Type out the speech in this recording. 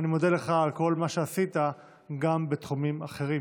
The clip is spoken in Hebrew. ואני מודה לך על כל מה שעשית גם בתחומים אחרים.